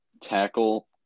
Tackle